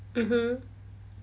mmhmm